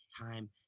Time